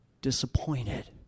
disappointed